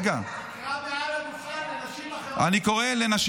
תקרא מעל הדוכן לנשים אחרות.